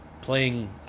playing